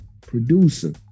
producer